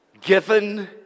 given